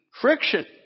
friction